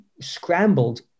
scrambled